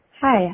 Hi